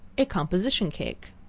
a composition cake.